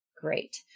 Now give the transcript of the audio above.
Great